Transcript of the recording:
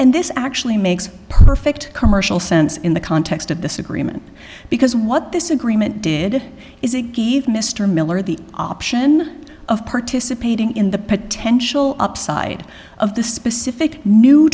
and this actually makes perfect commercial sense in the context of this agreement because what this agreement did is it gave mr miller the option of participating in the potential upside of the specific new